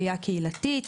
עלייה קהילתית,